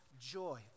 Joy